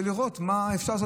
ולראות מה אפשר לעשות,